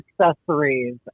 accessories